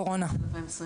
קורונה.